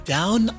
Down